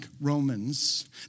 Romans